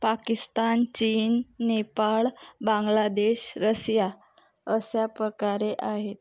पाकिस्तान चीन नेपाळ बांग्लादेश रसिया अशाप्रकारे आहे